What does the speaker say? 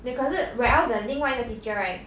they 可是 whereas the 另外一个 teacher right